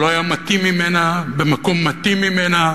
שלא היה מתאים ממנה במקום מתאים ממנה,